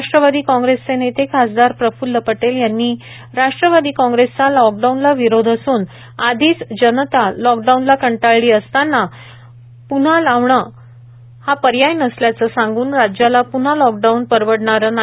राष्ट्रवादी काँग्रेसचे नेते खासदार प्रफ्ल्ल पटेल यांनी राष्ट्रवादी काँग्रेसचा लॉकडाऊनला विरोध असून आधीच जनता लाकडाऊनला कंटाळली असताना लाँकडाऊन लावणे हा पर्याय नसल्याचे सांगून राज्याला प्न्हा लॉकडाऊन परवडणारे नाही